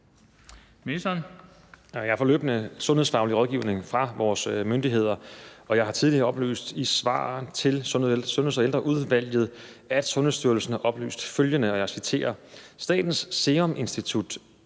Jeg får løbende sundhedsfaglig rådgivning fra vores myndigheder, og jeg har tidligere oplyst i svar til Sundheds- og Ældreudvalget, at Sundhedsstyrelsen har oplyst følgende, og jeg citerer: »Statens Serum Institut